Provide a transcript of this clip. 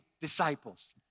disciples